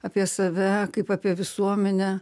apie save kaip apie visuomenę